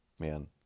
man